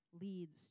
leads